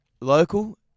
local